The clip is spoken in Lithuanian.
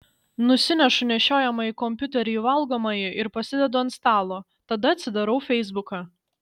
nusinešu nešiojamąjį kompiuterį į valgomąjį ir pasidedu ant stalo tada atsidarau feisbuką